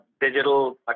digital